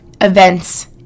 events